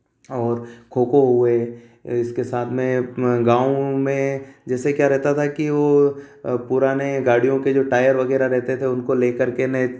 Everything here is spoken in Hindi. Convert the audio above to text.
और खो खो हुए इसके साथ में गाँवों में जैसे क्या रहता था कि वे पुराने गाड़ियों के जो टायर वगैरह रहते थे उनको लेकर के ने